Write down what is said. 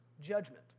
judgment